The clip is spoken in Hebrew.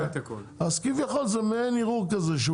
אז כביכול זה מעיין ערעור כזה,